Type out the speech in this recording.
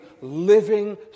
living